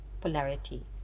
polarity